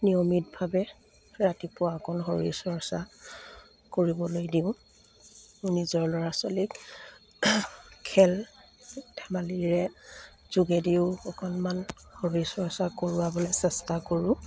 নিয়মিতভাৱে ৰাতিপুৱা অকণ শৰীৰ চৰ্চা কৰিবলৈ দিওঁ নিজৰ ল'ৰা ছোৱালীক খেল ধেমালিৰে যোগেদিও অকণমান শৰীৰ চৰ্চা কৰোৱাবলৈ চেষ্টা কৰো